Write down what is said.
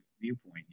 viewpoint